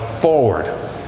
forward